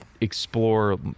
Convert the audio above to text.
explore